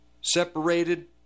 separated